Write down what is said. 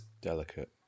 delicate